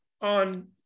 on